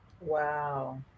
Wow